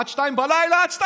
עד 02:00, עד 02:00,